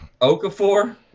Okafor